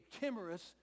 timorous